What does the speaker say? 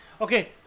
Okay